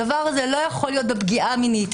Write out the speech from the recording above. הדבר הזה לא יכול להיות בפגיעה מינית.